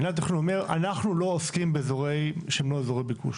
מינהל התכנון אומר אנחנו לא עוסקים באזורים שהם לא אזורי ביקוש.